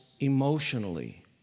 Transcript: emotionally